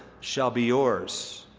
shall be yours.